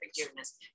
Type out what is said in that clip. forgiveness